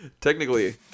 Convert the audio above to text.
Technically